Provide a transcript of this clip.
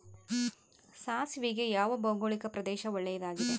ಸಾಸಿವೆಗೆ ಯಾವ ಭೌಗೋಳಿಕ ಪ್ರದೇಶ ಒಳ್ಳೆಯದಾಗಿದೆ?